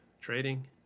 trading